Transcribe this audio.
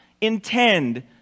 intend